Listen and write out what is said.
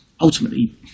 ultimately